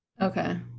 okay